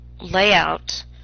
layout